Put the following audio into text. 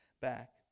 back